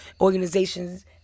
organizations